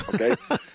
Okay